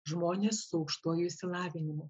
žmonės su aukštuoju išsilavinimu